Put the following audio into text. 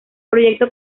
proyecto